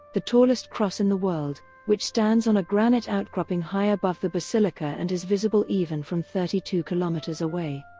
the tallest cross in the world, which stands on a granite outcropping high above the basilica and is visible even from thirty two kilometres away.